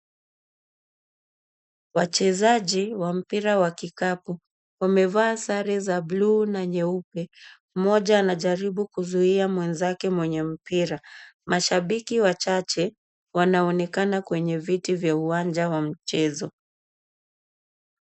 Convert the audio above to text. Wachezaji wa mpira wa kikapu, wamevaa sare za bluu na nyeupe. Mmoja najaribu kuzuia mwenzake mwenye mpira. Mashabiki wachache wanaonekana kwenye viti vya uwanja wa mchezo.